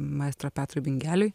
maestro petrui bingeliui